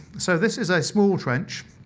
so this is a small trench.